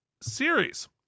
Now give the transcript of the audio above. series